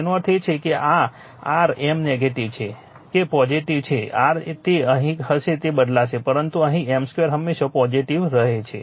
તેનો અર્થ એ છે કે આ r M નેગેટિવ છે કે પોઝિટીવ છે r તે અહીં હશે તે બદલાશે પરંતુ અહીં M 2 હંમેશા પોઝિટીવ રહે છે